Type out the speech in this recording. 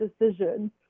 decision